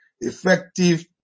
effective